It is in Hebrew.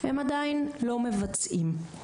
הם עדיין לא מבצעים.